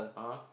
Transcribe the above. (uh huh)